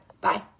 Bye